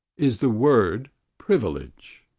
is the word privilege